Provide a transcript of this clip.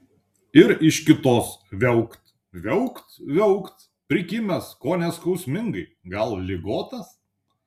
ir iš kitos viaukt viaukt viaukt prikimęs kone skausmingai gal ligotas